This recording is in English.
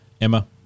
emma